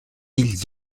îles